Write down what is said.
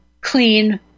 clean